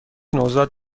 نوزاد